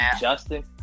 Justin